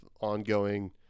ongoing